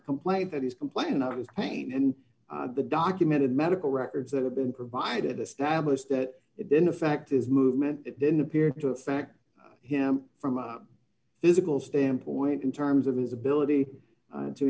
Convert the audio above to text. complaint that he's complained about is pain and the documented medical records that have been provided establish that it didn't affect his movement it didn't appear to affect him from a physical standpoint in terms of his ability to